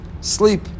sleep